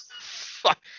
fuck